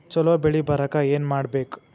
ಛಲೋ ಬೆಳಿ ಬರಾಕ ಏನ್ ಮಾಡ್ಬೇಕ್?